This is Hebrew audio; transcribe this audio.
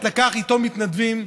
הוא לקח איתו מתנדבים,